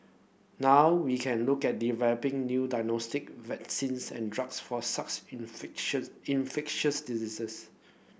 now we can look at developing new diagnostic vaccines and drugs for sax infection infectious diseases